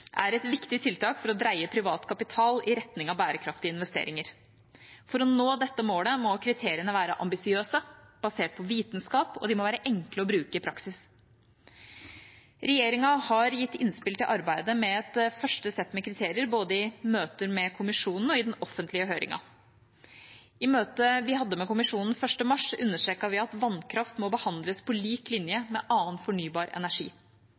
er et viktig tiltak for dreie privat kapital i retning av bærekraftige investeringer. For å nå dette målet må kriteriene være ambisiøse, basert på vitenskap, og de må være enkle å bruke i praksis. Regjeringa har gitt innspill til arbeidet med et første sett med kriterier, både i møter med Kommisjonen og i den offentlige høringen. I møtet vi hadde med Kommisjonen 1. mars, understreket vi at vannkraft må behandles på lik linje med annen fornybar energi.